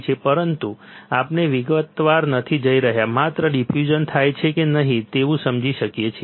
પરંતુ આપણે વિગતવાર નથી જઈ રહ્યા માત્ર ડિફ્યુઝન થાય છે કે નહીં તેવું સમજી શકીએ છીએ